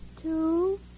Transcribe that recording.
two